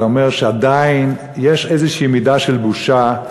זה אומר שעדיין יש איזושהי מידה של בושה.